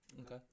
okay